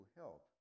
help